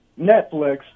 Netflix